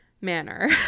manner